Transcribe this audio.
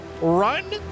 run